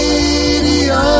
Radio